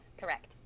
correct